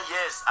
Yes